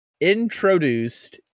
introduced